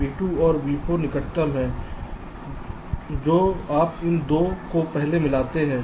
V2 और V4 निकटतम हैं जो आप इन 2 को पहले मिलाते हैं